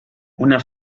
una